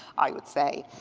i would say.